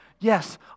Yes